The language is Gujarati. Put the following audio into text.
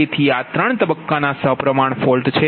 તેથી આ 3 તબક્કાના સપ્રમાણ ફોલ્ટ છે